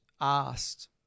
asked